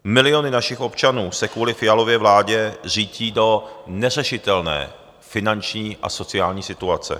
Miliony našich občanů se kvůli Fialově vládě řítí do neřešitelné finanční a sociální situace.